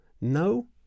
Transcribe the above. no